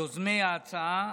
יוזמי ההצעה.